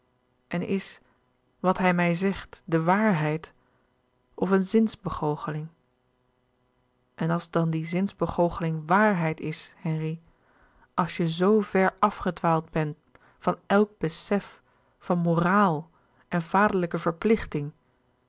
en is wat hij mij zegt de waarheid of een zinsbegoocheling en als dan die zinsbegoocheling waarheid is henri als je zoo ver afgedwaald ben van elk besef van moraal en vaderlijke verplichting